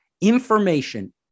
Information